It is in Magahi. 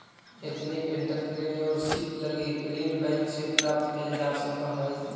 एथनिक एंटरप्रेन्योरशिप लगी ऋण बैंक से प्राप्त कैल जा सकऽ हई